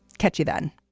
catch you then